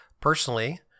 Personally